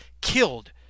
killed